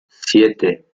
siete